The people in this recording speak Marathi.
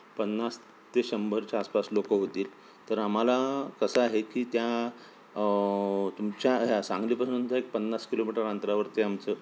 पन्नास ते शंभरच्या आसपास लोकं होतील तर आम्हाला कसं आहे की त्या तुमच्या ह्या सांगलीपासून तर एक पन्नास किलोमीटर अंतरावरती आमचं